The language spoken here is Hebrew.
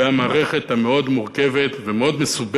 המערכת המאוד מורכבת ומאוד מסובכת,